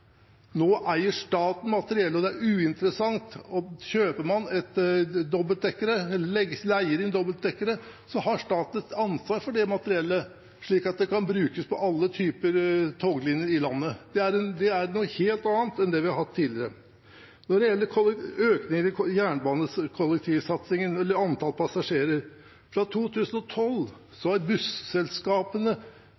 Nå eier staten materiellet, og det er uinteressant. Leier man inn dobbeltdekkere, har staten et ansvar for det materiellet, slik at det kan brukes på alle typer toglinjer i landet. Det er noe helt annet enn det vi har hatt tidligere. Når det gjelder økningen i jernbanekollektivsatsingen, eller antall passasjerer: Fra 2012